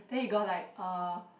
then he got like uh